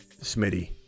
Smitty